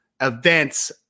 events